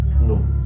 No